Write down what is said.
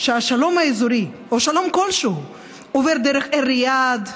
שהשלום האזורי או שלום כלשהו עובר דרך ריאד,